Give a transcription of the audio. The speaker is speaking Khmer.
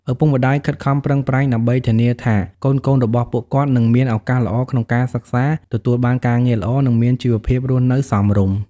ឪពុកម្ដាយខិតខំប្រឹងប្រែងដើម្បីធានាថាកូនៗរបស់ពួកគាត់នឹងមានឱកាសល្អក្នុងការសិក្សា ទទួលបានការងារល្អ និងមានជីវភាពរស់នៅសមរម្យ។